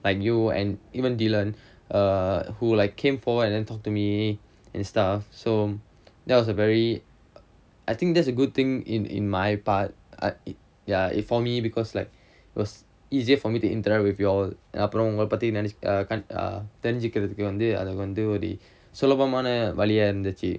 like you and even dylan err who like came forward and then talk to me and stuff so that was a very I think that's a good thing in in my part ya if for me because like it was easier for me to interact with you all அப்புறம் உங்கள பத்தி:appuram ungala pathi err தெரிஞ்சுகுறதுக்கு வந்து அது வந்து ஒரு சுலபமான வழியா இருந்துச்சு:therinjukrathukku vanthu athu vanthu oru sulabamaana valiyaa irunthuchu